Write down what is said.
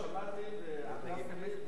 שמעתי ועקבתי,